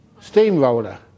Steamroller